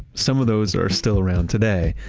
some of those are still around today,